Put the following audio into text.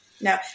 No